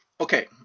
Okay